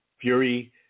Fury